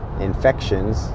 infections